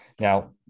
now